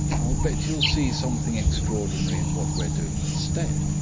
i'll bet you'll see something extraordinary in what we're doing instead.